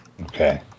Okay